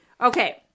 Okay